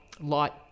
light